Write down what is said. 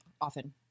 often